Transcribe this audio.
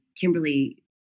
Kimberly